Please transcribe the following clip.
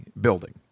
building